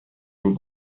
den